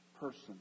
person